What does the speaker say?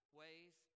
ways